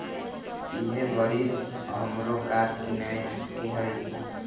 इहे बरिस हमरो कार किनए के हइ